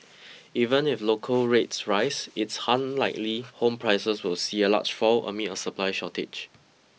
even if local rates rise it's unlikely home prices will see a large fall amid a supply shortage